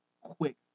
quick